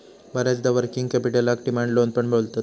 बऱ्याचदा वर्किंग कॅपिटलका demand loan पण बोलतत